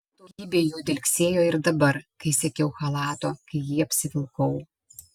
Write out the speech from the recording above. daugybė jų dilgsėjo ir dabar kai siekiau chalato kai jį apsivilkau